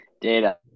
Data